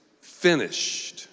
finished